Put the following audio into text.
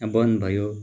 बन्द भयो